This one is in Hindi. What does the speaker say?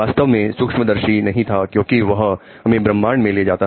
वास्तव में सूक्ष्मदर्शी नहीं था क्योंकि वह हमें ब्रह्मांड में ले जाता